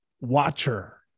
Watcher